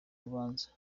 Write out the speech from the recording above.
rubanza